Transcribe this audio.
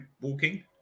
walking